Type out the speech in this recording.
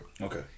Okay